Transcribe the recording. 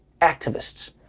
activists